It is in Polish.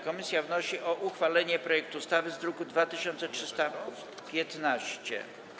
Komisja wnosi o uchwalenie projektu ustawy z druku nr 2315.